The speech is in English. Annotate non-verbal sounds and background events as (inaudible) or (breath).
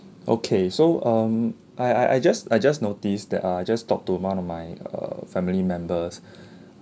okay so um I I I just I just noticed that ah I just talk to one of my err family members (breath)